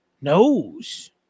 knows